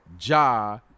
Ja